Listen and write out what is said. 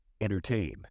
Entertain